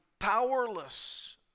powerless